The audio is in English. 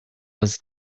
was